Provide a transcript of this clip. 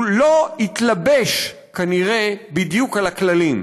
הוא לא התלבש כנראה בדיוק על הכללים.